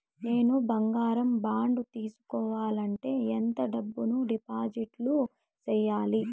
నేను బంగారం బాండు తీసుకోవాలంటే ఎంత డబ్బును డిపాజిట్లు సేయాలి?